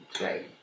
Right